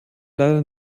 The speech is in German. leider